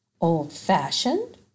Old-fashioned